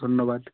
ধন্যবাদ